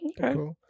Okay